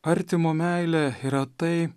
artimo meilė yra tai